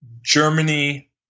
Germany